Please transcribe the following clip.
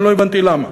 אני לא הבנתי למה.